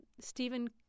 Stephen